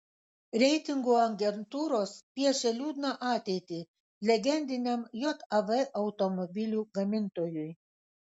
reitingų agentūros piešia liūdną ateitį legendiniam jav automobilių gamintojui